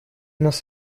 нас